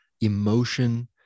emotion